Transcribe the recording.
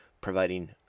providing